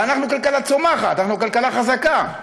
ואנחנו כלכלה צומחת, אנחנו כלכלה חזקה,